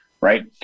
Right